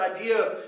idea